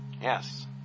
Yes